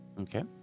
Okay